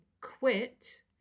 quit